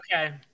Okay